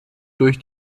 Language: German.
durch